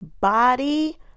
Body